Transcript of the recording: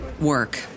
work